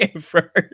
first